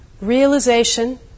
realization